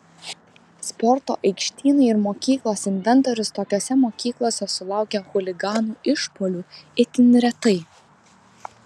sporto aikštynai ir mokyklos inventorius tokiose mokyklose sulaukia chuliganų išpuolių itin retai